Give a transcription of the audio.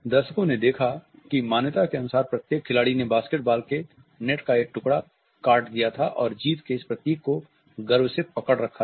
दर्शकों ने देखा कि मान्यता के अनुसार प्रत्येक खिलाड़ी ने बास्केटबॉल के नेट का एक टुकड़ा काट दिया था और जीत के इस प्रतीक को गर्व से पकड़ रखा था